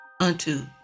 Unto